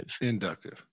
Inductive